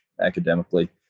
academically